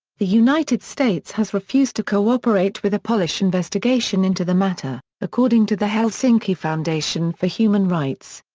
the united states has refused to cooperate with a polish investigation into the matter, according to the helsinki foundation for human rights.